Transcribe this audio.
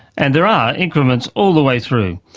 and there are increments all the way through.